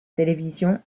télévision